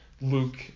luke